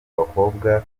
bakobwa